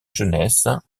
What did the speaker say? jeunesse